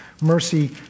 mercy